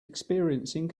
experiencing